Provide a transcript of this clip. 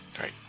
right